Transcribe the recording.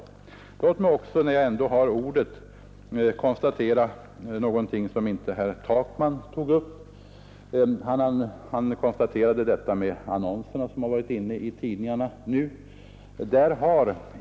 Låt mig också, när jag ändå har ordet, konstatera något som inte herr Takman tog upp. Han nämnde annonserna som varit införda i tid ningarna.